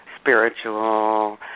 spiritual